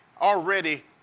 already